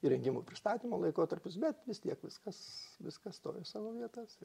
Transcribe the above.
įrengimų pristatymo laikotarpis bet vis tiek viskas viskas stojo į savo vietas